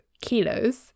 kilos